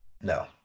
No